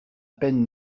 peine